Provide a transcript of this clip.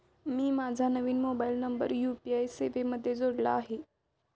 मी माझा नवीन mobile number UPI सेवेमध्ये जोडला आहे